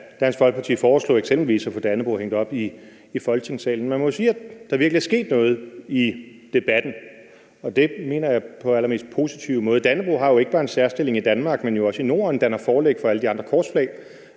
da Dansk Folkeparti eksempelvis foreslog at få Dannebrog hængt op i Folketingssalen. Man må jo sige, at der virkelig er sket noget i debatten, og det mener jeg på den allermest positive måde. Dannebrog har jo ikke bare en særstilling i Danmark, men også i Norden, og danner forlæg for alle de andre korsflag.